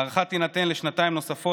ההארכה תינתן לשנתיים נוספות,